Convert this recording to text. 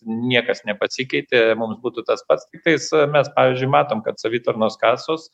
niekas nepasikeitė mums būtų tas pats kitais mes pavyzdžiui matom kad savitarnos kasos